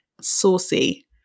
saucy